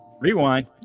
Rewind